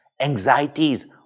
anxieties